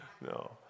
No